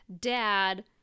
dad